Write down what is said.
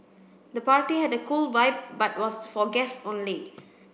the party had a cool vibe but was for guests only